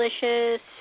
Delicious